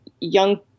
young